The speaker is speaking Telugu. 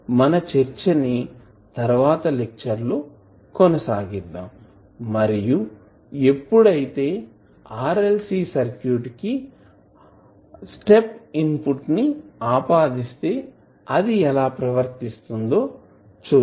మన చర్చ ని తర్వాత లెక్చర్ లో కొనసాగిద్దాం మరియు ఎప్పుడైతే RLC సర్క్యూట్ కి స్టెప్ ఇన్పుట్ ని ఆపాదిస్తే అది ఎలా ప్రవర్తిస్తుందో చూద్దాం